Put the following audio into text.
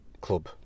club